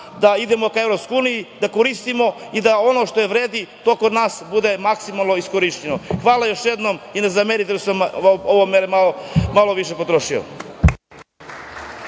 da idemo ka EU, da koristimo i da ono što vredi kod nas bude maksimalno iskorišćeno. Hvala još jednom i ne zamerite što sam vreme malo više potrošio.